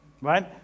Right